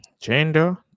gender